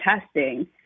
testing